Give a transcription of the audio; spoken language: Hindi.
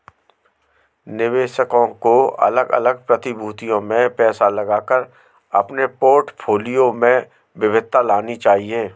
निवेशकों को अलग अलग प्रतिभूतियों में पैसा लगाकर अपने पोर्टफोलियो में विविधता लानी चाहिए